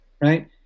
Right